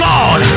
God